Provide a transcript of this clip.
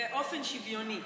באופן עצמאי ובאופן שוויוני.